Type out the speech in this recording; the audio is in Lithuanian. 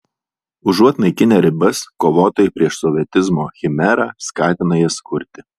užuot naikinę ribas kovotojai prieš sovietizmo chimerą skatina jas kurti